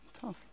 tough